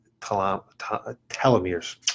telomeres